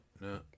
no